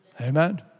Amen